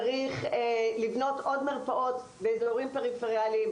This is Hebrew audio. צריך לבנות עוד מרפאות באיזורים פריפריאליים,